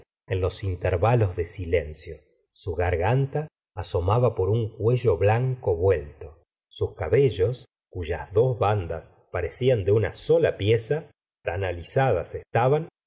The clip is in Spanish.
en los intervalos de silencio su garganta asomaba por un cuello blanco vuelto sus cabellos cuyas dos bandas parecían de una sola pieza tan alisadas estaban